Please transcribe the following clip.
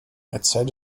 erzähl